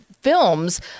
films